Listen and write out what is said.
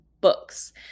books